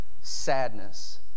sadness